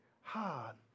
hard